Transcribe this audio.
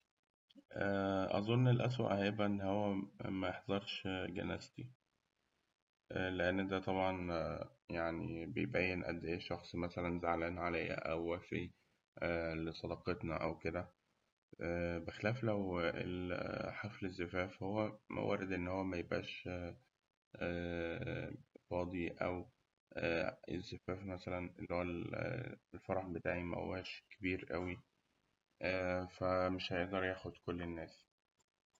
أظن الأسوء إن هو ميحضرش جنازتي، لأن ده طبعاً بيبين قد إيه الشخص مثلاً زعلان عليا، أو وفي لصداقتنا، وكده، بخلاف لو ال- حفل الزفاف ميبقاش فاضي أو الزفاف مثلاً اللي هو ال الفرح بتاعي مهوش كبير أوي، فمش هيقدر ياخد كل الناس.